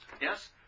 yes